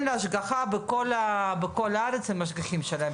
לה השגחה בכל הארץ עם המשגיחים שלהם.